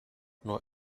nur